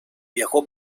viajó